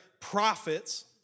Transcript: prophets